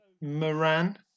Moran